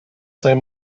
saint